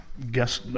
guess